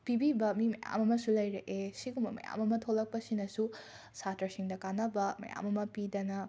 ꯄꯤꯕꯤꯕ ꯃꯤ ꯃꯌꯥꯝ ꯑꯃꯁꯨ ꯂꯩꯔꯛꯑꯦ ꯁꯤꯒꯨꯝꯕ ꯃꯌꯥꯝ ꯑꯃ ꯊꯣꯛꯂꯛꯄꯁꯤꯅꯁꯨ ꯁꯥꯇ꯭ꯔꯁꯤꯡꯗ ꯀꯥꯟꯅꯕ ꯃꯌꯥꯝ ꯑꯃ ꯄꯤꯗꯅ